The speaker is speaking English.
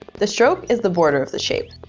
the stroke is the border of the shape.